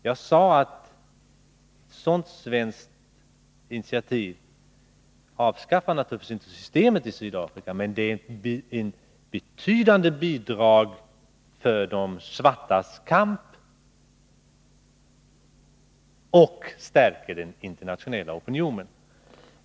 Jag sade att ett sådant svenskt initiativ naturligtvis inte avskaffar systemet i Sydafrika, men det är ett betydande bidrag till de svartas kamp och det stärker den internationella opinionen.